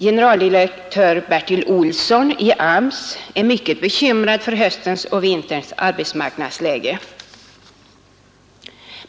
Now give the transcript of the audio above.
Generaldirektör Bertil Olsson i AMS är mycket bekymrad för höstens och vinterns arbetsmarknadsläge.